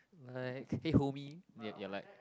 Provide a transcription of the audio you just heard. like hey homie ya you're like